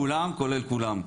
כולם כולל כולם.